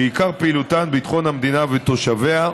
שעיקר פעילותן ביטחון המדינה ותושביה,